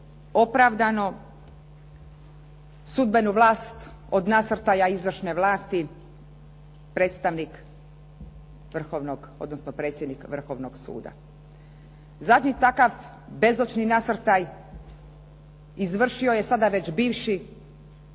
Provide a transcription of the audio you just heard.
opravdano sudbenu vlast od nasrtaja izvršne vlasti predsjednik Vrhovnog suda. Zadnji takav bezočni nasrtaj izvršio je sada već bivši